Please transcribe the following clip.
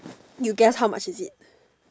you guess how much is it